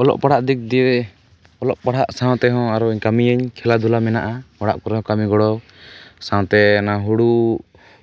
ᱚᱞᱚᱜ ᱯᱟᱲᱦᱟᱜ ᱫᱤᱠ ᱫᱤᱭᱮ ᱚᱞᱚᱜ ᱯᱟᱲᱦᱟᱜ ᱥᱟᱶ ᱛᱮᱦᱚᱸ ᱟᱨᱚᱧ ᱠᱟᱹᱢᱤᱭᱟᱹᱧ ᱠᱷᱮᱞᱟᱫᱷᱩᱞᱟ ᱢᱮᱱᱟᱜᱼᱟ ᱚᱲᱟᱜ ᱠᱚᱨᱮ ᱦᱚᱸ ᱠᱟᱹᱢᱤᱜᱚᱲᱚ ᱥᱟᱶᱛᱮ ᱚᱱᱟ ᱦᱳᱲᱳ